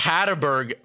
Hatterberg